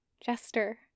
Jester